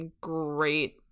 great